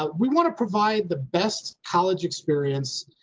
ah we want to provide the best college experience,